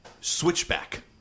Switchback